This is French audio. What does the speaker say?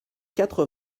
quatre